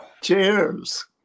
Cheers